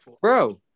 bro